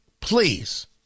Please